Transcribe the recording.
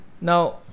Now